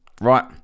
Right